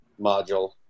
module